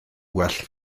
well